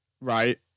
Right